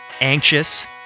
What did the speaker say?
anxious